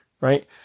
right